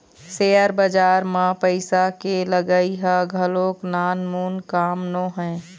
share बजार म पइसा के लगई ह घलोक नानमून काम नोहय